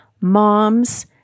Moms